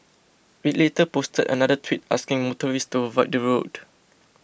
it later posted another tweet asking motorists to avoid the road